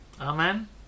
Amen